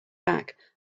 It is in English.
back